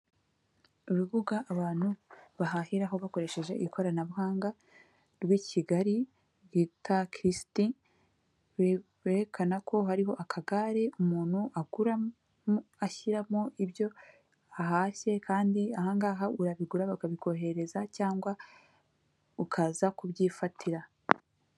Urubuga abantu bahahiraho bakoresheje ikoranabuhanga rw' Kigali rwitwa kisiti berekana ko hariho akagare umuntu agura ashyiramo ibyo ahashye kandi ahangaha urabigura bakabikohereza cyangwa ukaza kubyifatira.